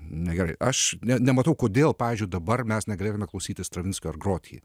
na gerai aš net nematau kodėl pavyzdžiui dabar mes negalėtume klausytis stravinsko ir grot jį